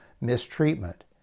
mistreatment